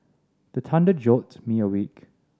the thunder jolt me awake